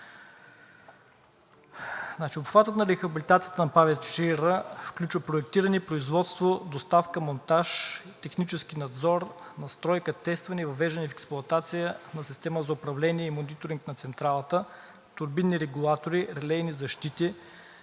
Обхватът на рехабилитацията на ПАВЕЦ „Чаира“ включва проектиране, производство, доставка, монтаж, технически надзор, настройка, тестване и въвеждане в експлоатация на система за управление и мониторинг на централата, турбинни регулатори, релейни защити,